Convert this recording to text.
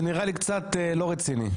זה נראה לי קצת לא רציני.